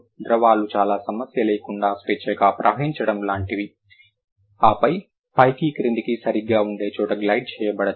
ద్రవాలు చాలా సమస్య లేకుండా స్వేచ్ఛగా ప్రవహించడం లాంటివి ఆపై పైకి క్రిందికి సరిగ్గా ఉండే చోట గ్లైడ్ చేయబడతాయి